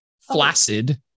flaccid